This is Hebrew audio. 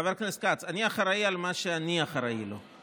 חבר הכנסת כץ, אני אחראי למה שאני אחראי לו.